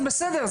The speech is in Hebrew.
זה בסדר,